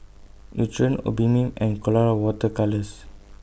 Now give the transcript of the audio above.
Nutren Obimin and Colora Water Colours